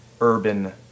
urban